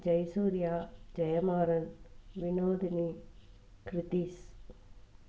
Jai Surya Jaya Maran Vinodhini Krithish